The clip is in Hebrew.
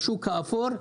לשוק האפור,